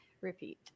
repeat